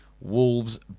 Wolves